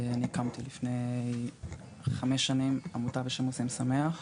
אני הקמתי לפני חמש שנים עמותה בשם עושים שמח.